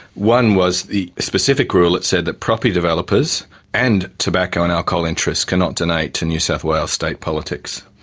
one was the specific rule that said that property developers and tobacco and alcohol interests cannot donate to new south wales state politics.